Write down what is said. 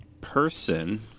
person